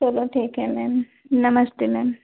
चलो ठीक है मैम नमस्ते मैम